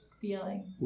feeling